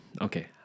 okay